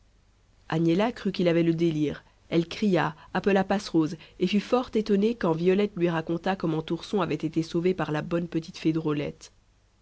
agnella crut qu'il avait le délire elle cria appela passerose et fut fort étonnée quand violette lui raconta comment ourson avait été sauvé par la bonne petite fée drôlette